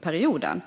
perioden.